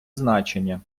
значення